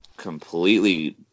completely